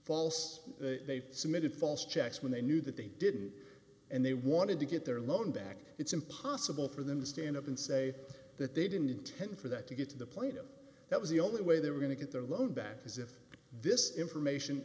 false they submitted false checks when they knew that they didn't and they wanted to get their loan back it's impossible for them to stand up and say that they didn't intend for that to get to the point that was the only way they were going to get their loan back because if this information